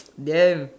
damn